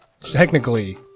technically